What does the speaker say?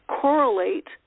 Correlate